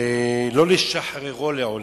ולא לשחררו לעולם.